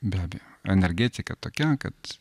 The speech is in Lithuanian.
be abejo energetika tokia kad